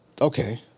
okay